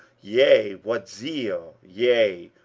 yea, what zeal, yea,